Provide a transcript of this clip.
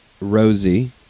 Rosie